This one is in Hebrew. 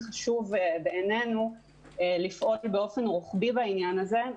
חשוב בעינינו לפעול באופן רוחבי בעניין הזה,